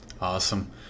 Awesome